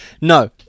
no